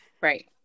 Right